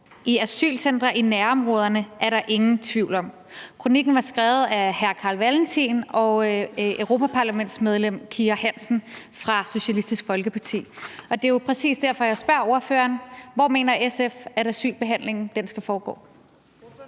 i asylcentre i nærområdet, er der ingen tvivl om.« Kronikken var skrevet af hr. Carl Valentin og europaparlamentsmedlem Kira Hansen fra Socialistisk Folkeparti. Det er jo præcis derfor, jeg spørger ordføreren, hvor SF mener asylbehandlingen skal foregå.